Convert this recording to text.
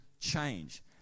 change